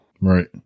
Right